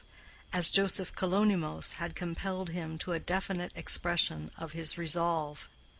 as joseph kalonymos had compelled him to a definite expression of his resolve.